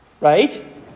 right